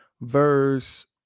verse